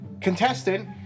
contestant